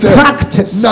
practice